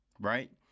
right